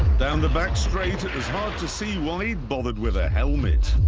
down the back straight, it was hard to see why he'd bothered with a helmet.